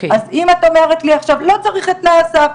אז אם את אומרת לי עכשיו שלא צריך את תנאי הסף,